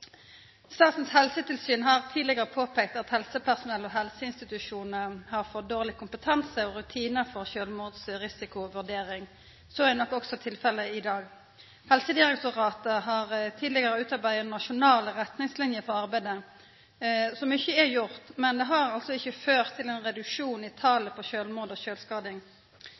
Statens helsetilsyn har tidlegare påpeikt at helsepersonell og helseinstitusjonar har for dårleg kompetanse og rutinar for sjølvmordsrisikovurdering – så er nok også tilfelle i dag. Helsedirektoratet har tidlegare utarbeidd nasjonale retningslinjer for arbeidet, så mykje er gjort, men det har altså ikkje ført til ein reduksjon i talet på sjølvmord og sjølvskading.